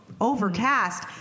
overcast